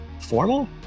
formal